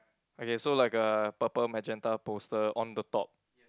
okay so like a purple magenta poster on the top